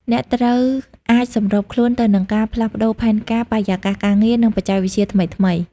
អ្នកត្រូវអាចសម្របខ្លួនទៅនឹងការផ្លាស់ប្តូរផែនការ បរិយាកាសការងារ និងបច្ចេកវិទ្យាថ្មីៗ។